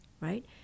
right